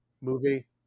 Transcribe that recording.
movie